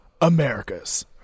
America's